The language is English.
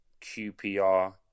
QPR